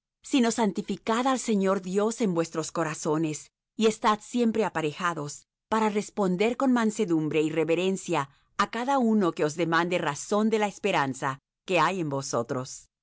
sino santificad al señor dios en vuestros corazones y estad siempre aparejados para responder con masedumbre y reverencia á cada uno que os demande razón de la esperanza que hay en vosotros